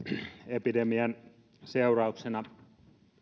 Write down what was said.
epidemian seurauksena